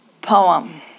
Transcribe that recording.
poem